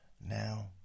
Now